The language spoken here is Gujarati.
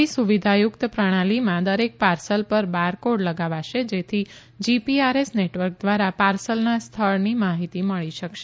નવી સુવિધાયુક્ત પ્રણાલીમાં દરેક પાર્સલ પર બારકોડ લગાવાશે જેથી જીપીઆરએસ નેટવર્ક દ્વારા પાર્સલના સ્થળની માહિતી મળી શકશે